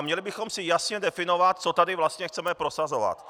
Měli bychom si jasně definovat, co tady vlastně chceme prosazovat.